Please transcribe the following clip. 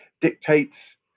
dictates